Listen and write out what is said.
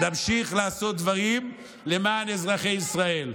נמשיך לעשות דברים למען אזרחי ישראל.